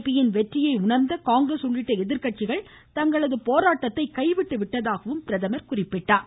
B யின் வெற்றியை உணர்ந்த காங்கிரஸ் உள்ளிட்ட எதிர்கட்சிகள் தங்களது போராட்டத்தை கைவிட்டு விட்டதாகவும் அவர் கூறியுள்ளார்